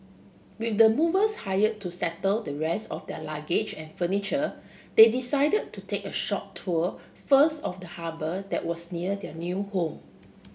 with the movers hire to settle the rest of the luggage and furniture they decided to take a short tour first of the harbour that was near their new home